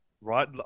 Right